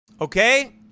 Okay